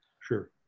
Sure